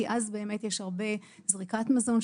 כי אז באמת יש הרבה זריקת מזון,